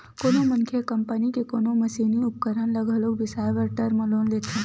कोनो मनखे ह कंपनी के कोनो मसीनी उपकरन ल घलो बिसाए बर टर्म लोन लेथे